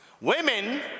Women